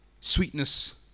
sweetness